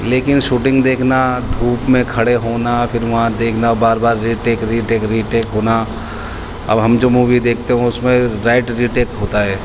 لیکن شوٹنگ دیکھنا دھوپ میں کھڑے ہونا پھر وہاں دیکھنا بار بار retake retake retake ہونا اب ہم جو مووی دیکھتے ہیں وہ اس میں رائٹ ری ٹیک ہوتا ہے